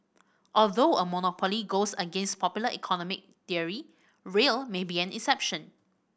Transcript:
although a monopoly goes against popular economic theory rail may be an exception